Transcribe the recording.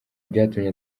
byatumye